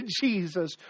Jesus